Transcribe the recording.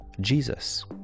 Jesus